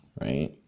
right